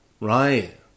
right